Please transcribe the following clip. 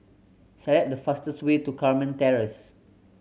select the fastest way to Carmen Terrace